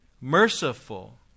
merciful